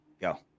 go